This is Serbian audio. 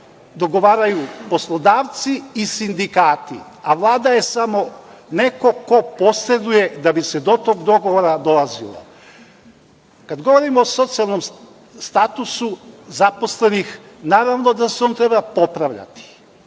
dogovaraju poslodavci i sindikati, a Vlada je samo neko ko posreduje da bi se do tog dogovora dolazilo. Kad govorimo o socijalnom statusu zaposlenih, naravno da se on treba popravljati,